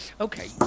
Okay